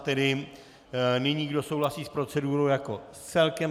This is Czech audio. Tedy nyní kdo souhlasí s procedurou jako celkem.